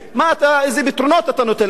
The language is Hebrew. איזה פתרונות אתה נותן להם?